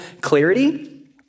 clarity